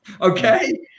Okay